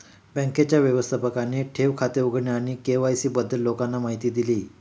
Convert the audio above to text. बँकेच्या व्यवस्थापकाने ठेव खाते उघडणे आणि के.वाय.सी बद्दल लोकांना माहिती दिली